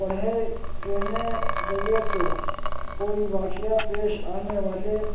پھڑکنے لگے تو کوئی وقعہ پیش آنے والے